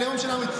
הלאום שלנו.